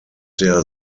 der